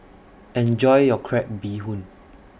Enjoy your Crab Bee Hoon